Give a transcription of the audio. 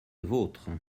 vôtre